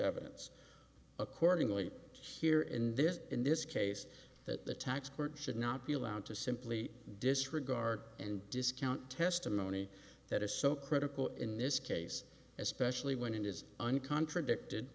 evidence accordingly here in this in this case that the tax court should not be allowed to simply disregard and discount testimony that is so critical in this case especially when it is an contradicted